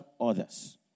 others